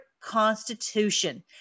constitution